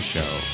Show